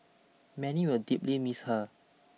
many will deeply miss her